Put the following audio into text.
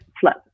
flip